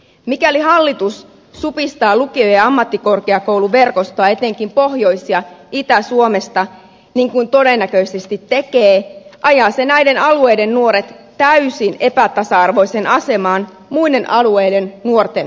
mikäli hallitus supistaa lukio ja ammattikorkeakouluverkostoa etenkin pohjois ja itä suomessa niin kuin todennäköisesti tekee ajaa se näiden alueiden nuoret täysin epätasa arvoiseen asemaan muiden alueiden nuorten kanssa